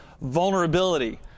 vulnerability